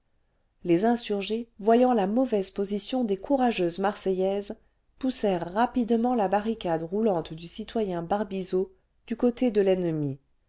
les insurgés voyant la mauvaise position des courageuses marseillaises poussèrent rapidement la barricade roulante du citoyen barbizot clu côté de l'ennemi